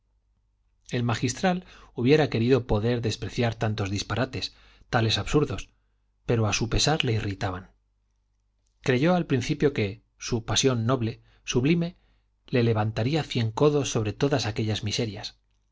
el magistral hubiera querido poder despreciar tantos disparates tales absurdos pero a su pesar le irritaban creyó al principio que su pasión noble sublime le levantaría cien codos sobre todas aquellas miserias